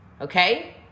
okay